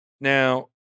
Now